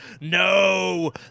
no